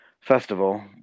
festival